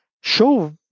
show